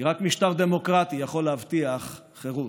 כי רק משטר דמוקרטי יכול להבטיח חירות.